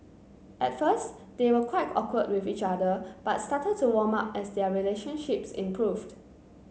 at first they were quite awkward with each other but started to warm up as their relationships improved